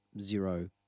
zero